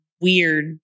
weird